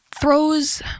throws